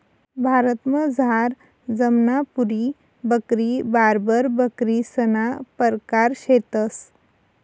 भारतमझार जमनापुरी बकरी, बार्बर बकरीसना परकार शेतंस